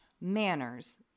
manners